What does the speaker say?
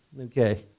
Okay